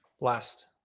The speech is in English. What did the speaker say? last